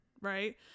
right